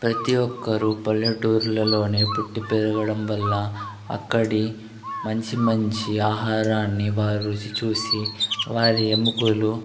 ప్రతి ఒక్కరూ పల్లెటూర్లలోనే పుట్టి పెరగడం వల్ల అక్కడి మంచి మంచి ఆహారాన్ని వారు రుచి చూసి వారి ఎముకులు